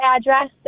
address